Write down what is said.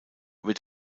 wird